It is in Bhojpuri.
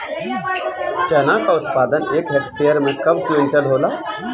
चना क उत्पादन एक हेक्टेयर में कव क्विंटल होला?